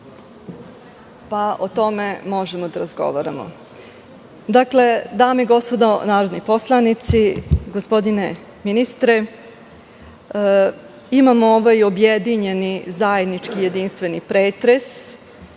pa o tome možemo da razgovaramo, dame i gospodo narodni poslanici, gospodine ministre, imamo ovaj objedinjeni zajednički jedinstveni pretres